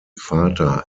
vater